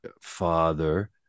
father